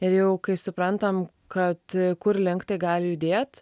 ir jau kai suprantam kad kur link tai gali judėt